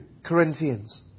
Corinthians